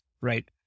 right